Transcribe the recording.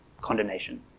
condemnation